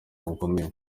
bukomeye